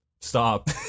Stop